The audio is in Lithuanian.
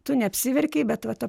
tu neapsiverkei bet va ta